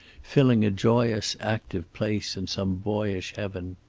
filling a joyous, active place in some boyish heaven.